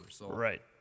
Right